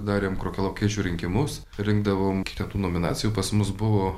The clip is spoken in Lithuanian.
darėm krokialaukiečių rinkimus rinkdavom ten tų nominacijų pas mus buvo